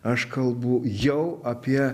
aš kalbu jau apie